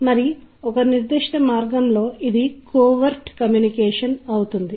కాబట్టి సంగీతం దృశ్య పటంని కూడా చాలా బలంగా ప్రేరేపిస్తుంది